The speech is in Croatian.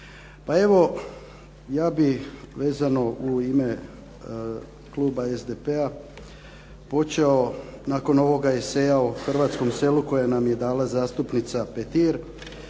Pa evo ja bih vezano u ime kluba SDP-a počeo, nakon ovoga eseja o hrvatskom selu koje nam je dala zastupnica Petir,